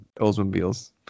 Oldsmobile's